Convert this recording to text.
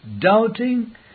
doubting